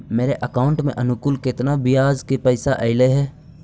मेरे अकाउंट में अनुकुल केतना बियाज के पैसा अलैयहे?